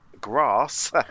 grass